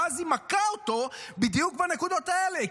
ואז היא מכה אותו בדיוק בנקודות האלה,